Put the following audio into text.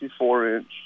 54-inch